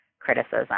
criticism